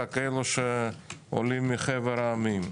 רק אלה שעולים מחבר העמים.